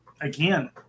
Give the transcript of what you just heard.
again